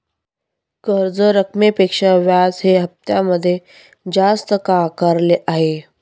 कर्ज रकमेपेक्षा व्याज हे हप्त्यामध्ये जास्त का आकारले आहे?